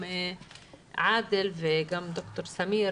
עאדל וגם ד"ר סמיר,